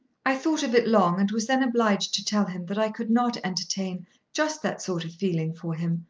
i thought of it long and was then obliged to tell him that i could not entertain just that sort of feeling for him.